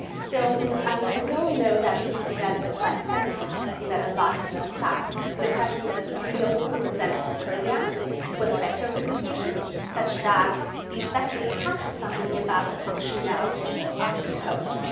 so, um um and you all know that we can do that with flagged like sentences. we've seen that a lot in this class. and the question is, can we also represent programs with vector representations, such that these vectors capture something about the functionality of the code,